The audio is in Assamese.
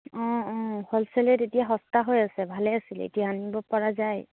অঁ অঁ হ'ল ছেল ৰেট এতিয়া সস্তা হৈ আছে ভালে আছিলে এতিয়া আনিব পৰা যায়